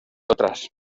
otras